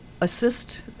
assist